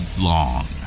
long